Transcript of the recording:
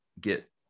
get